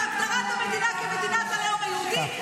בהגדרת המדינה כמדינת הלאום היהודי.